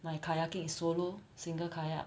my kayaking is solo single kayak